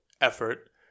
effort